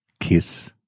Kiss